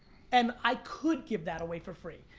and i could give that away for free.